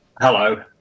Hello